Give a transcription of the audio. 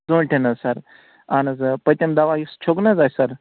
ژوٗنٛٹٮ۪ن حظ سر اہن حظ اۭں پٔتِم دوا یُس چھوٚک نہٕ حظ اَسہِ سر